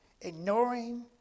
ignoring